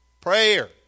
Prayer